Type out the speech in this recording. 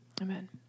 Amen